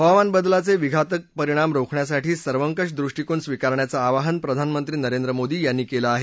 हवामान बदलाचे विघातक परिणाम रोखण्यासाठी सर्वकष दृष्टीकोन स्वीकारण्याचं आवाहन प्रधानमंत्री नरेंद्र मोदी यांनी केलं आहे